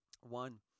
One